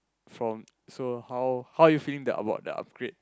from so so how are you feeling about the the upgrade